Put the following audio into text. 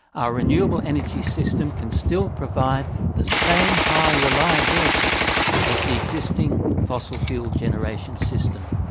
our renewable energy system can still provide the same high reliability as the existing fossil fuelled generation system.